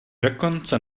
dokonce